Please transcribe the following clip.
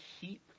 keep